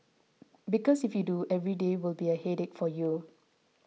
because if you do every day will be a headache for you